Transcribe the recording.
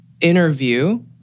interview